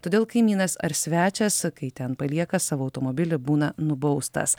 todėl kaimynas ar svečias sakai ten palieka savo automobilį būna nubaustas